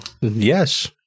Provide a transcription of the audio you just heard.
Yes